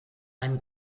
ein